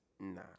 Nah